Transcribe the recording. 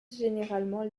généralement